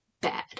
bad